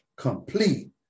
complete